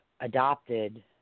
adopted